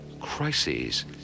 Crises